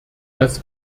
dass